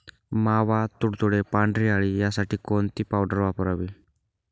मावा, तुडतुडे, पांढरी अळी यासाठी कोणती पावडर वापरावी?